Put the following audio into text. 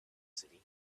city